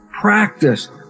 Practice